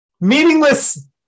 Meaningless